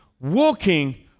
walking